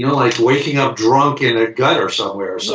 like waking up drunk in a gutter somewhere so